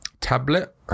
tablet